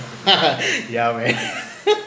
yeah man